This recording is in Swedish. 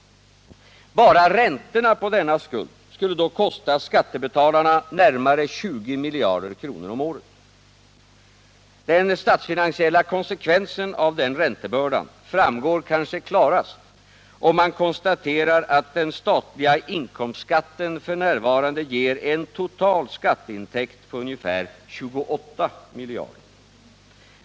Bara räntorna på denna skuld skulle då kosta skattebetalarna närmare 20 miljarder kronor om året. Den statsfinansiella konsekvensen av den räntebördan framgår kanske klarast om man konstaterar att den statliga inkomstskatten f. n. ger en total skatteintäkt på ungefär 28 miljarder.